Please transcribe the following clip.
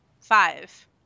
five